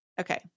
Okay